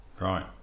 Right